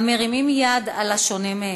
המרימים יד על השונה מהם.